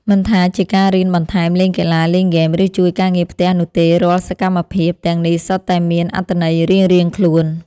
មិនថាជាការរៀនបន្ថែមលេងកីឡាលេងហ្គេមឬជួយការងារផ្ទះនោះទេរាល់សកម្មភាពទាំងនេះសុទ្ធតែមានអត្ថន័យរៀងៗខ្លួន។